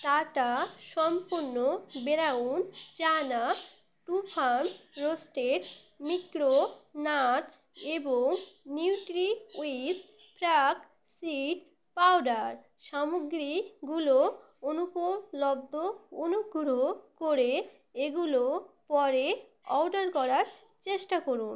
tata Sampann brown chana টুফাম roasted micro nuts এবং Nutriwish flax seed powder সামগ্রীগুলো অনুপলব্ধ অনুগ্রহ করে এগুলো পরে অর্ডার করার চেষ্টা করুন